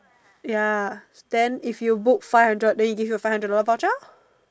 ya then if you book five hundred then they give you a five hundred dollar voucher lor